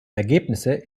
ergebnisse